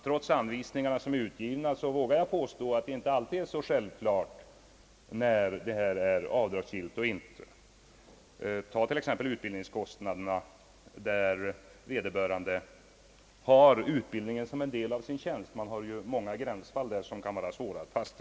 Trots att det finns utgivna anvisningar i dessa avseenden vågar jag hävda att det inte alltid är självklart vad som är avdragsgillt eller inte. Vi kan t.ex. ta sådana kostnader som vederbörande deklarant har för utbildning, vilken utgör en del av hans tjänst. Det finns många gränsfall som är svåra att avgöra.